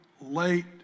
late